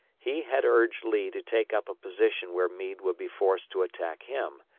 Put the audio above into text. he had urged lee to take up a position where meade would be forced to attack him,